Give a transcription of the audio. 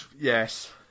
Yes